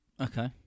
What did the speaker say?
Okay